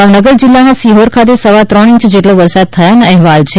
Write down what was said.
ભાવનગર જિલ્લાના શિહોર ખાતે સવા ત્રણ ઇંચ જેટલો વરસાદ થવાના અહેવાલ છે